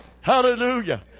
Hallelujah